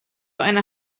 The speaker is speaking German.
einer